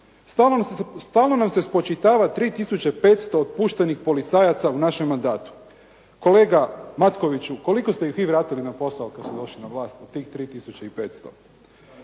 Stalno nam se spočitava 3 tisuće 500 otpuštenih policajaca u našem mandatu. Kolega Matkoviću koliko ste ih vi vratili na posao kad ste došli na vlast od tih 3